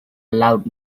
loud